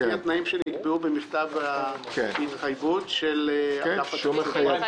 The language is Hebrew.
לפי התנאים שנקבעו במכתב ההתחייבות של אגף התקציבים.